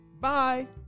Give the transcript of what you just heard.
Bye